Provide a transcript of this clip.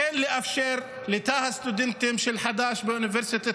כן לאפשר לתא הסטודנטים של חד"ש באוניברסיטת